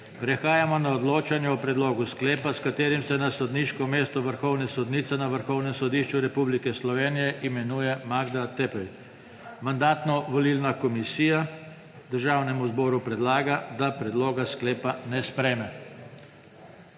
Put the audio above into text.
Prehajamo na odločanje o predlogu sklepa, s katerim se na sodniško mesto vrhovne sodnice na Vrhovnem sodišču Republike Slovenije imenuje Magda Teppey. Mandatno-volilna komisija Državnemu zboru predlaga, da predloga sklepa ne sprejme.